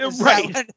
Right